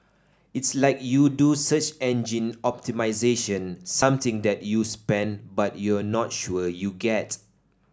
it's like you do search engine optimisation something that you spend but you're not sure you get